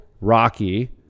Rocky